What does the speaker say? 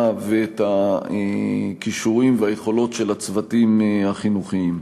ואת הכישורים והיכולות של הצוותים החינוכיים.